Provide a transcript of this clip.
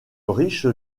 riche